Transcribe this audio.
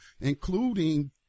including